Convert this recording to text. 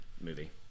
movie